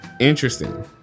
Interesting